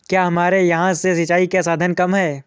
क्या हमारे यहाँ से सिंचाई के साधन कम है?